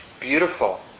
beautiful